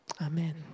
amen